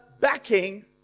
backing